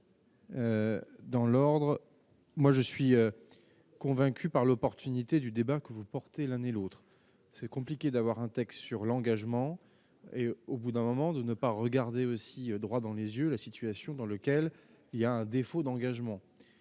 Dans l'ordre, moi je suis convaincu par l'opportunité du débat que vous portez l'un et l'autre c'est compliqué d'avoir un texte sur l'engagement et au bout d'un moment, de ne pas regarder aussi droit dans les yeux, la situation dans lequel il y a un défaut d'engagement